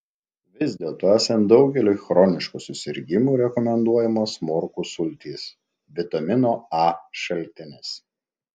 vis dėlto esant daugeliui chroniškų susirgimų rekomenduojamos morkų sultys vitamino a šaltinis